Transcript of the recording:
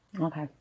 Okay